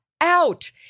out